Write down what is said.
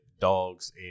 dogs